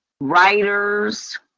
writers